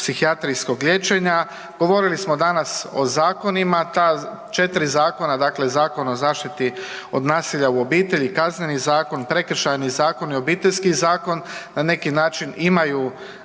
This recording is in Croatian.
psihijatrijskog liječenja. Govorili smo danas o zakonima, ta 4 zakona dakle Zakon o zaštiti od nasilja u obitelji, Kazneni zakon, Prekršajni zakon i Obiteljski zakon na neki način imaju